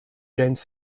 james